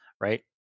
right